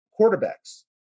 quarterbacks